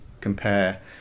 compare